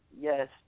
Yes